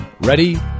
Ready